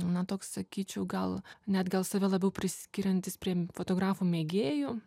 na toks sakyčiau gal net gal save labiau priskiriantis prie fotografų mėgėjų